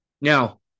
Now